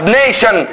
nation